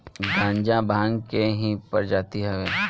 गांजा भांग के ही प्रजाति हवे